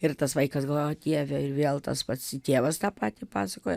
ir tas vaikas galvoja o dieveir vėl tas pats tėvas tą patį pasakojo